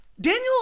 Daniel